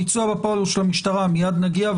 הביצוע בפועל הוא של המשטרה, מיד נגיע,